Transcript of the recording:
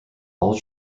all